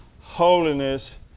Holiness